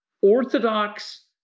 orthodox